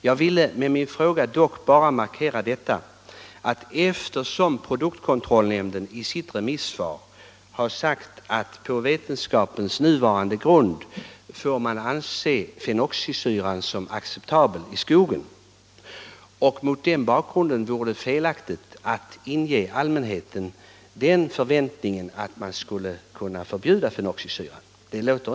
Jag ville dock med min fråga markera att eftersom produktkontrollnämnden i sitt remissvar har anfört att man på vetenskapens nuvarande grund får anse fenoxisyran som acceptabel i skogen, vore det felaktigt att mot den bakgrunden inge allmänheten förväntningen, att man skulle 75 kunna förbjuda användningen av fenoxisyra.